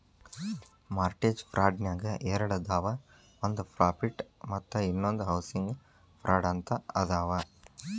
mortgage ಫ್ರಾಡ್ನ್ಯಾಗ ಎರಡದಾವ ಒಂದ್ ಪ್ರಾಫಿಟ್ ಮತ್ತ ಇನ್ನೊಂದ್ ಹೌಸಿಂಗ್ ಫ್ರಾಡ್ ಅಂತ ಅದಾವ